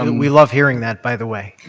and we love hearing that, by the way,